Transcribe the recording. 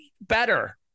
better